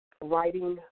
writing